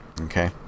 okay